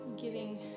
giving